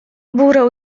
gbura